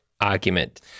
argument